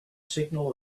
signal